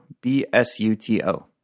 B-S-U-T-O